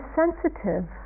sensitive